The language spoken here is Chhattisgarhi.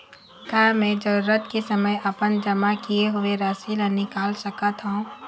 का मैं जरूरत के समय अपन जमा किए हुए राशि ला निकाल सकत हव?